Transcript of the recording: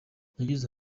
yagize